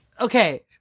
Okay